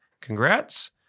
congrats